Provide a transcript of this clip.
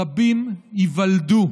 רבים ייוולדו,